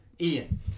Ian